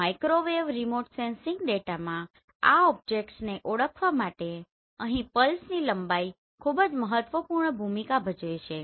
microwave remote sensing ડેટામાં આ ઓબ્જેક્ટ્સને ઓળખવા માટે અહીં પલ્સની લંબાઈ ખૂબ જ મહત્વપૂર્ણ ભૂમિકા ભજવે છે